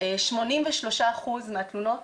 83% מהתלונות,